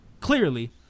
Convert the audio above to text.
clearly